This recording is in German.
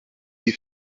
die